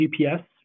GPS